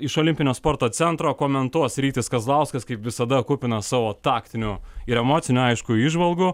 iš olimpinio sporto centro komentuos rytis kazlauskas kaip visada kupinas savo taktinių ir emocinių aišku įžvalgų